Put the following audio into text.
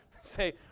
Say